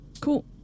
Cool